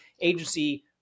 agency